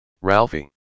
Ralphie